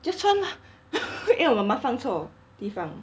just 穿啦 因为我妈妈放错地方